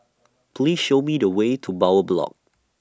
Please Show Me The Way to Bowyer Block